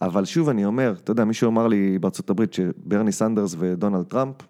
אבל שוב אני אומר, אתה יודע מישהו אמר לי בארצות הברית שברני סנדרס ודונאלד טראמפ